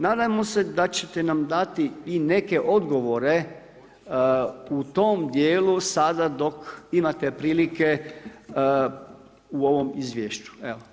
Nadamo se da ćete nam dati i neke odgovore u tom dijelu sada dok imate prilike u ovom izvješću.